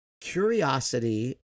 curiosity